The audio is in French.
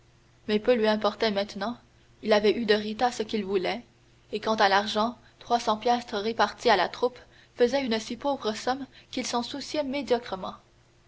mais peu lui importait maintenant il avait eu de rita ce qu'il voulait et quant à l'argent trois cents piastres réparties à la troupe faisaient une si pauvre somme qu'il s'en souciait médiocrement